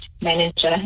manager